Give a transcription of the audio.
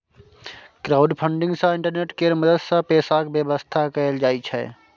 crowdfunding सँ internet केर मदद सँ पैसाक बेबस्था कएल जाइ छै